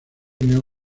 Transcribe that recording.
unió